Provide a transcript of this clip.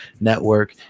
network